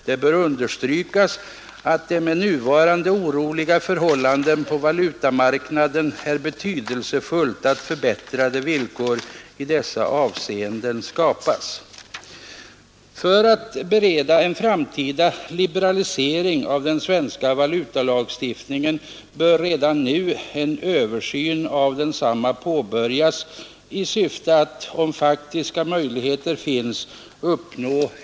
Det bör understrykas att det med nuvarande oroliga förhållanden på valutamarknaden är betydelsefullt att förbättrade villkor i dessa avseenden skapas.” För att förbereda en framtida liberalisering av den svenska valutalagstiftningen bör en översyn av densamma påbörjas redan nu.